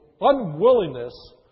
unwillingness